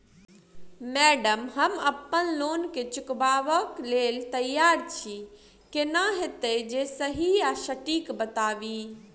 Madam हम अप्पन loan केँ चुकाबऽ लैल तैयार छी केना हएत जे सही आ सटिक बताइब?